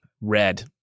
Red